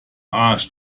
arsch